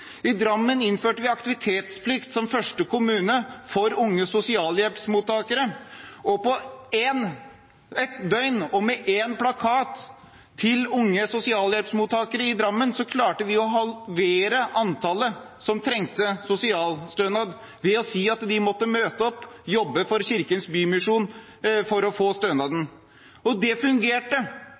I Drammen innførte vi som første kommune aktivitetsplikt for unge sosialhjelpsmottakere. På ett døgn og med én plakat til unge sosialhjelpsmottakere i Drammen klarte vi å halvere antallet som trengte sosialstønad, ved å si at de måtte møte opp og jobbe for Kirkens Bymisjon for å få stønaden. Det fungerte.